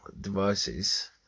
devices